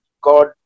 God